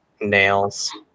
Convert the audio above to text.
nails